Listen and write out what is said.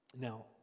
Now